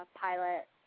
pilot